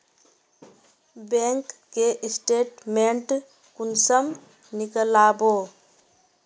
Bank के statement कुंसम नीकलावो?